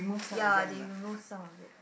ya they remove some of it